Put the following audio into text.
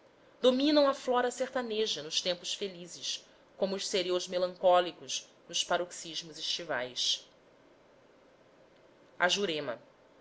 dominam a flora sertaneja nos tempos felizes como os cereus melancólicos nos paroxismos estivais a jurema